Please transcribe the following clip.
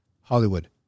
Hollywood